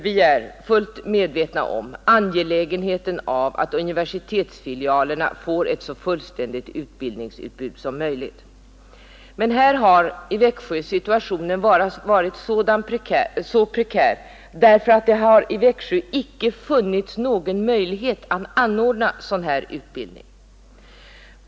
Vi är fullt medvetna om angelägenheten av att universitetsfilialerna får ett så fullständigt utbildningsutbud som möjligt. Men här i Växjö har situationen varit särskilt prekär, eftersom det i Växjö icke har funnits någon möjlighet att självständigt anordna sådan utbildning.